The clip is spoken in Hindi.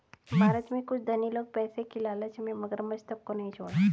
भारत में कुछ धनी लोग पैसे की लालच में मगरमच्छ तक को नहीं छोड़ा